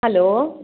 hello